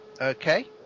Okay